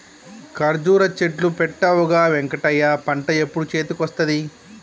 కర్జురా చెట్లు పెట్టవుగా వెంకటయ్య పంట ఎప్పుడు చేతికొస్తది